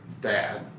dad